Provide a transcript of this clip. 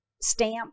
Stamp